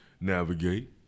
navigate